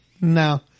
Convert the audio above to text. no